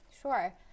Sure